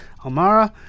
Almara